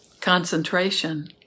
concentration